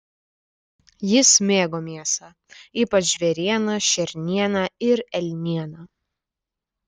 jis mėgo mėsą ypač žvėrieną šernieną ir elnieną